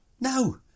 No